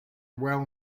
well